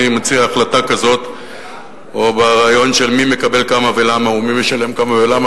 מציע החלטה כזאת או ברעיון של מי מקבל כמה ולמה ומי משלם כמה ולמה,